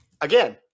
again